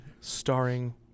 starring